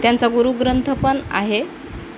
त्यांचा गुरुग्रंथपण आहे